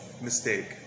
mistake